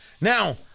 Now